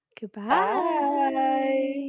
Goodbye